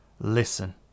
listen